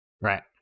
Right